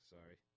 Sorry